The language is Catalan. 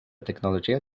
tecnologia